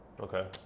Okay